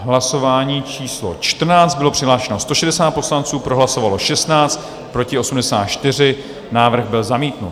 Hlasování číslo 14, bylo přihlášeno 160 poslanců, pro hlasovalo 16, proti 84, návrh byl zamítnut.